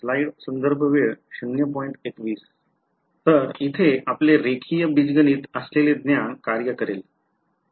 तर येथे आपले रेखीय बीजगणित असलेले ज्ञान कार्य करेल